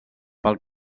pel